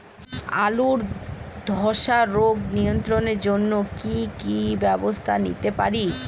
আলুর ধ্বসা রোগ নিয়ন্ত্রণের জন্য কি কি ব্যবস্থা নিতে পারি?